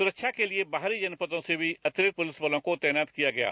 सुरक्षा के लिये बाहरी जनपदों से भी अतिरिक्त पुलिस बलों को तैनात किया गया था